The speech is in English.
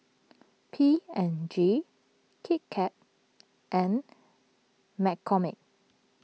P and G Kit Kat and McCormick